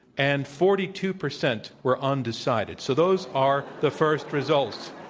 and forty two percent were undecided. so those are the first results.